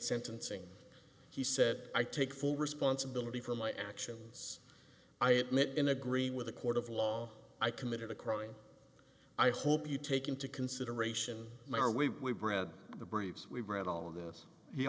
sentencing he said i take full responsibility for my actions i admit in agree with a court of law i committed a crime i hope you take into consideration my our way we've read the briefs we've read all of this he